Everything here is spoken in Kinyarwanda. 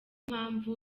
mpamvu